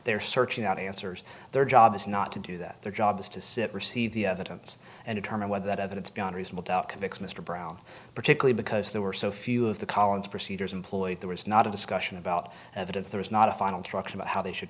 they are searching out answers their job is not to do that their job is to sit receive the evidence and in terms of whether that evidence beyond reasonable doubt convict mr brown particularly because there were so few of the collins procedures employed there was not a discussion about evidence there was not a final trucks about how they should